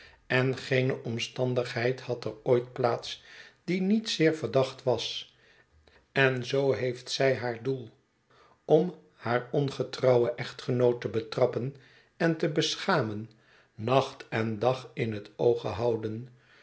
en geene omstandigheid had er ooit plaats die niet zeer verdacht was en zoo heeft zij haar doel om haar ongetrouwen echtgenoot te betrappen en te beschamen nacht en dag in het oog gehouden